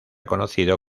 conocido